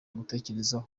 agutekerezaho